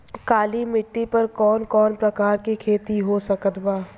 काली मिट्टी पर कौन कौन प्रकार के खेती हो सकत बा?